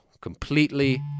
completely